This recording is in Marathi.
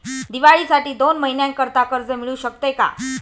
दिवाळीसाठी दोन महिन्याकरिता कर्ज मिळू शकते का?